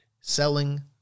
selling